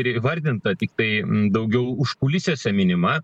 ir įvardinta tiktai daugiau užkulisiuose minima